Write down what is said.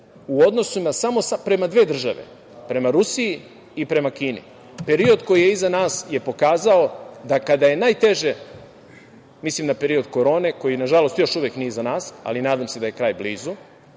u odnosu samo prema dve države, prema Rusiji i prema Kini. Period koji je iza nas je pokazao da kada je najteže, mislim na period korone koji nažalost još uvek nije iza nas, ali nadam se da je kraj blizu,